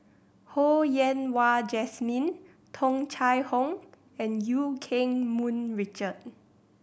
Ho Yen Wah Jesmine Tung Chye Hong and Eu Keng Mun Richard